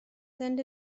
send